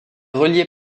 reliée